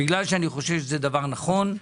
בגלל שאני חושב שזה דבר נכון.